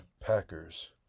Packers